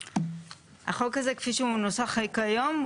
החוק הזה כפי שהוא מנוסח כיום,